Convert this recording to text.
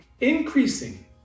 increasing